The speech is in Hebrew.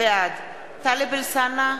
בעד טלב אלסאנע,